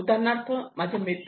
उदाहरणार्थ माझे मित्र